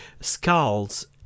skulls